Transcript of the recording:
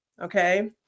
Okay